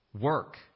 Work